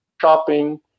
shopping